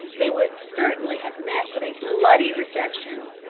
they would certainly have met with a bloody reception.